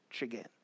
again